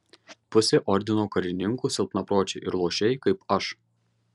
pusė ordino karininkų silpnapročiai ir luošiai kaip aš